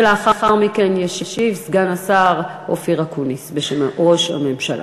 ולאחר מכן ישיב סגן השר אופיר אקוניס בשם ראש הממשלה.